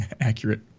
accurate